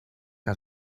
que